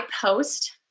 post